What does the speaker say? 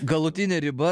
galutinė riba